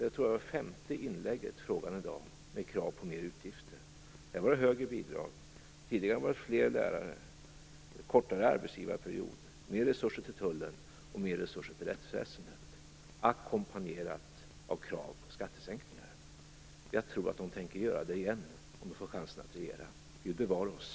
Jag tror att detta var den femte frågan i dag med krav på mer utgifter. Här gällde det högre bidrag, tidigare gällde det fler lärare, kortare arbetsgivarperiod, mer resurser till tullen och mer resurser till rättsväsendet - allt ackompanjerat av krav på skattesänkningar. Jag tror att de tänker göra det igen, om de får chansen att regera. Gud bevare oss!